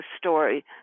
story